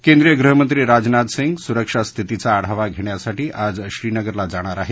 केंद्रीय गृहमंत्री राजनाथ सिंह सुरक्षा स्थितीचा आढावा घेण्यासाठी आज श्रीनगरला जाणार आहेत